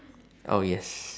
oh yes